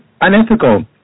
unethical